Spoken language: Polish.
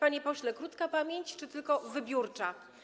Panie pośle, krótka pamięć czy tylko wybiórcza?